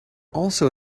also